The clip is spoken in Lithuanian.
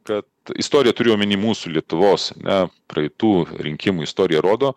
kad istorija turiu omeny mūsų lietuvos ane praeitų rinkimų istorija rodo